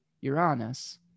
Uranus